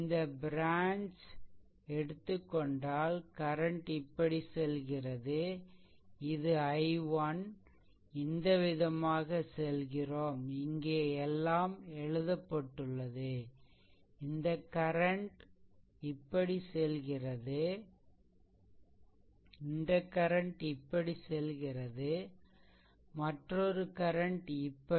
இந்த ப்ரான்ச் எடுத்துக்கொண்டால் கரண்ட் இப்படி செல்கிறது இது i1 இந்த விதமாக செல்கிறோம் இங்கே எல்லாம் எழுதப்பட்டுள்ளது இந்த கரண்ட் இப்படி செல்கிறது இந்த கரண்ட் இப்படி செல்கிறது மற்றொரு கரண்ட் இப்படி